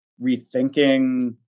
rethinking